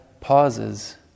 pauses